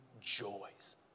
joys